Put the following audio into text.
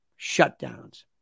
shutdowns